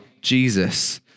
Jesus